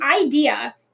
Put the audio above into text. idea